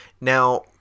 Now